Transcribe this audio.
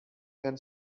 can